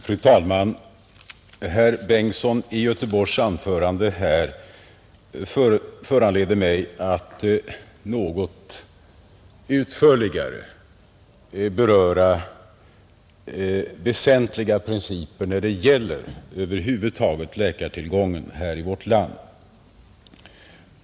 Fru talman! Anförandet av herr Bengtsson i Göteborg föranleder mig att något utförligare beröra några väsentliga principer när det gäller läkartillgången i vårt land.